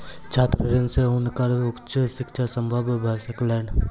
छात्र ऋण से हुनकर उच्च शिक्षा संभव भ सकलैन